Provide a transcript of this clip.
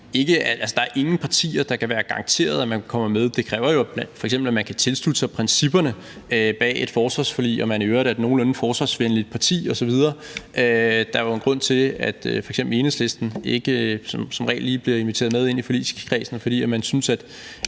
Der er ingen partier, der kan være garanteret, at man kommer med, for det kræver jo f.eks. at man kan tilslutte sig principperne bag et forsvarsforlig, og at man i øvrigt er et nogenlunde forsvarsvenligt parti osv. Der er jo en grund til, at f.eks. Enhedslisten som regel ikke lige bliver inviteret med ind i forligskredsen, fordi man synes, at